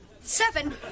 Seven